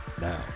Now